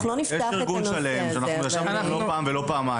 אנחנו לא יכולים לשבת עם כולם.